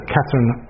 Catherine